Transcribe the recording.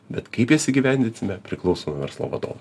bet kaip jas įgyvendinsime priklauso nuo verslo vadovo